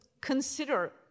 consider